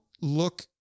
look